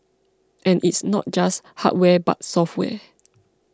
and it's not just hardware but software